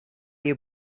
you